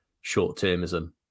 short-termism